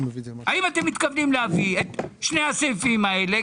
האם אתם מתכוונים להביא את שני הסעיפים האלה?